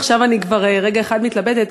ועכשיו אני כבר רגע אחד מתלבטת.